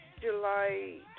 July